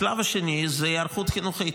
השלב השני זה היערכות חינוכית.